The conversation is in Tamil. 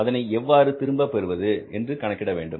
அதனை எவ்வாறு திரும்பப் பெறுவது என்று கணக்கிட வேண்டும்